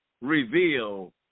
reveal